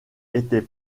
était